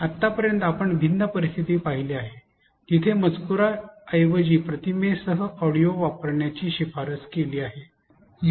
आतापर्यंत आपण भिन्न परिस्थिती पाहिली आहेत जिथे मजकूराऐवजी प्रतिमेसह ऑडिओ वापरण्याची शिफारस केली जाते